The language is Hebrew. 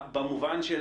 במובן של